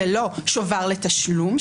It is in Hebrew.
ללא שובר לתשלום,